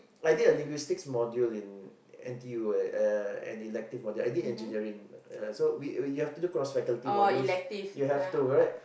I did a linguistics module in N_T_U an elective module I did engineering ya so we you have to do cross faculty modules you have to right